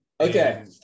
Okay